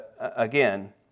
again